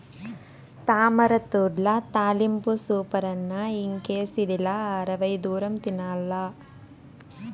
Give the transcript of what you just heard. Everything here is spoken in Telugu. తామరతూడ్ల తాలింపు సూపరన్న ఇంకేసిదిలా అరవై దూరం తినాల్ల